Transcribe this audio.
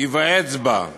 ייוועץ בה,